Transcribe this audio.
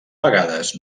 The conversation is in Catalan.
vegades